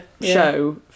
show